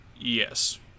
Yes